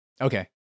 Okay